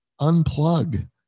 unplug